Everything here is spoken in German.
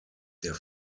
der